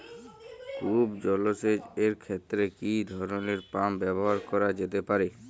কূপ জলসেচ এর ক্ষেত্রে কি ধরনের পাম্প ব্যবহার করা যেতে পারে?